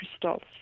crystals